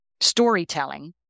storytelling